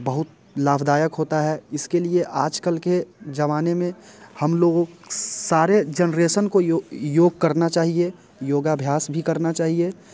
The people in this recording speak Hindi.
बहुत लाभदायक होता है इसके लिए आजकल के जवाने में सारे जनरेशन को योग करना चाहिए योगाभ्यास भी करना चाहिए